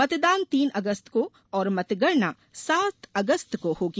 मतदान तीन अगस्त को और मतगणना सात अगस्त को होगी